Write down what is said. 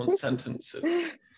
sentences